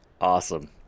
Awesome